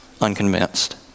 unconvinced